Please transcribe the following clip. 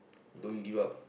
don't give up